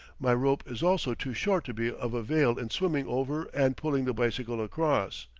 my rope is also too short to be of avail in swimming over and pulling the bicycle across.